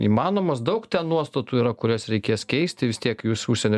įmanomos daug ten nuostatų yra kurias reikės keisti vis tiek jūs užsienio